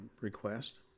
request